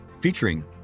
featuring